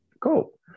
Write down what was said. cool